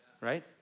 right